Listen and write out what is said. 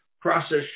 process